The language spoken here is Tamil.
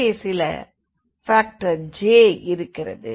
இங்கே சில ஃபாக்டர் J இருக்கிறது